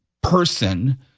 Person